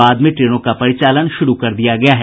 बाद में ट्रेनों का परिचालन शुरू कर दिया है